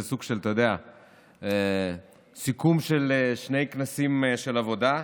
וזה סוג של סיכום לשני כנסים של עבודה.